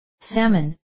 salmon